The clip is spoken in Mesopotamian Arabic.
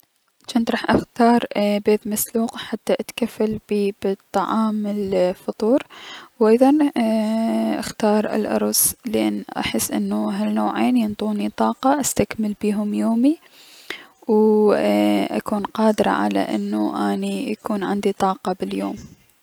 جنت راح اختار بيض مسلوق حتى اتكفل بطعام الفطولر و ايضا ايي- اختار الأرز لأن احس انه هلنوعين ينطوني طاقة استكمل بيهم يومي و اكون قادرة على انو اني يكون عندي طاقة باليوم.